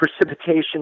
precipitation